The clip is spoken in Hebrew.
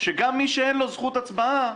שגם מי שאין לו זכות הצבעה,